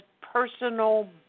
personal